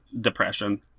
depression